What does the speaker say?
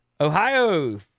Ohio